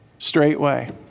Straightway